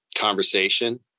conversation